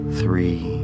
three